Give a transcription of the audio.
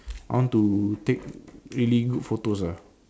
I want to take really good photos ah